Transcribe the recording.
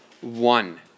one